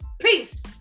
peace